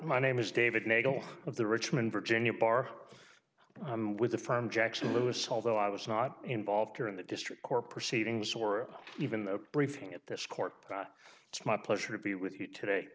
my name is david nagle of the richmond virginia bar i'm with the firm jackson lewis although i was not involved here in the district court proceedings or even the briefing at this court but it's my pleasure to be with you today